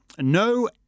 No